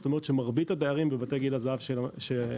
זאת אומרת שמרבית הדיירים בבתי גיל הזהב שהמדינה